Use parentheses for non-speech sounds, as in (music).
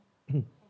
(coughs)